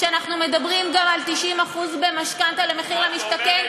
כשאנחנו מדברים גם על 90% במשכנתה למחיר למשתכן,